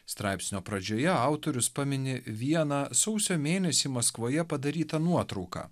straipsnio pradžioje autorius pamini vieną sausio mėnesį maskvoje padarytą nuotrauką